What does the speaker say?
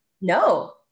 No